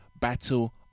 Battle